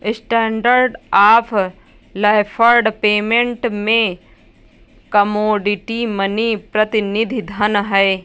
standard of deferred payment में commodity money प्रतिनिधि धन हैं